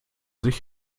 sich